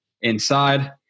inside